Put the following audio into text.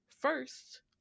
first